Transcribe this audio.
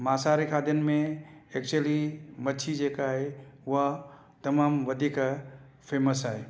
मासाहारी खादियुनि में ऐक्चुअली मछी जेका आहे उहा तमामु वधीक फेमस आहे